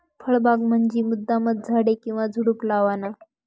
फळबाग म्हंजी मुद्दामचं झाडे किंवा झुडुप लावाना